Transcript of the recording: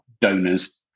donors